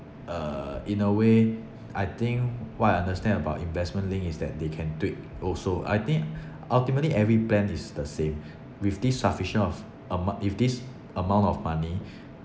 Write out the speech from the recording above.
uh in a way I think what I understand about investment link is that they can tweak also I think ultimately every plan is the same with this sufficient of amount if this amount of money